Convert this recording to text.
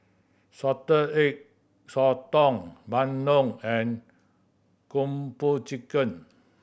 Salted Egg Sotong bandung and Kung Po Chicken